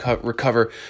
recover